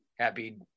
happy